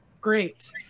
Great